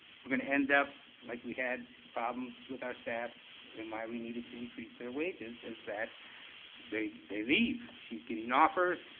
we're gonna end up like we had problems with our staff and we needed to increase their wages is that they they leave, she's getting offers,